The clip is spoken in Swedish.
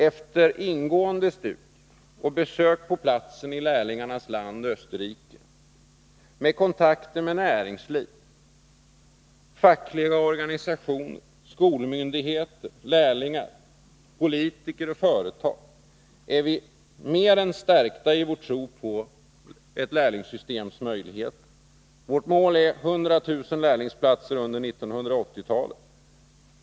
Efter ingående studier och besök på platsen i lärlingarnas land Österrike och kontakter med näringsliv, fackliga organisationer, skolmyndigheter, lärlingar, politiker och företag är vi mer än stärkta i vår tro på ett lärlingssystems möjligheter. Vårt mål är 100 000 lärlingsplatser under 1980-talet.